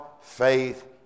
faith